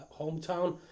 hometown